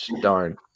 darn